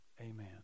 Amen